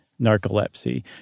narcolepsy